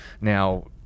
now